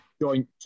joint